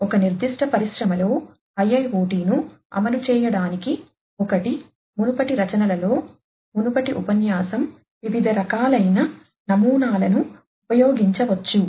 ఒక నిర్దిష్ట పరిశ్రమలో IIoT ను అమలు చేయడానికిఒకటి మునుపటి రచనలలో మునుపటి ఉపన్యాసం వివిధ రకాలైన నమూనాలను ఉపయోగించవచ్చు